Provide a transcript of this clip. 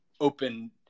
open